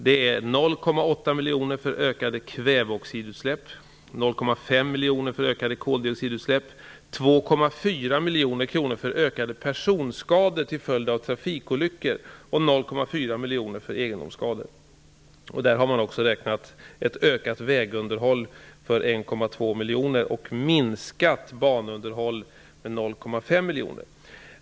Det är 0,8 miljoner för ökade kväveoxidutsläpp, 0,5 miljoner för ökade koldioxidutsläpp, 2,4 miljoner kronor för ökade personskador till följd av trafikolyckor och 0,4 miljoner för egendomsskador. Man har också räknat med ett ökat vägunderhåll för 1,2 miljoner och minskat banunderhåll med 0,5 miljoner.